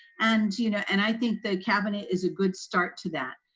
and, you know, and i think, the cabinet is a good start to that.